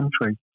country